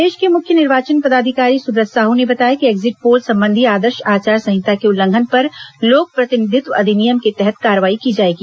प्रदेश के मुख्य निर्वाचन पदाधिकारी सुब्रत साहू ने बताया कि एक्जिट पोल संबंधी आदर्श आचार संहिता के उल्लंघन पर लोक प्रतिनिधित्व अधिनियम के तहत कार्रवाई की जाएगी